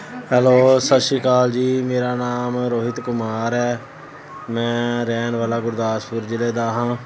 hello Sat Sri Akal ji ਮੇਰਾ ਨਾਮ ਰੋਹਿਤ ਕੁਮਾਰ ਹੈ ਮੈਂ ਰਹਿਣ ਵਾਲਾ ਗੁਰਦਾਸਪੁਰ ਜ਼ਿਲ੍ਹੇ ਦਾ ਹਾਂ